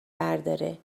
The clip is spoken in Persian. برداره